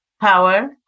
power